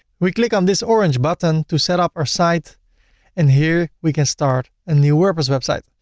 we click on this orange button to set up our site and here we can start a new wordpress website.